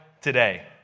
today